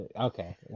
Okay